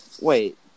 Wait